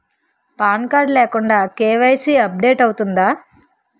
Pan card లేకుండా KYC update అవుతుందా?